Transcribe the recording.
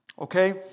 Okay